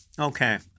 Okay